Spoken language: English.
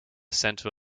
center